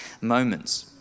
moments